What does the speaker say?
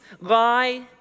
lie